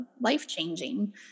life-changing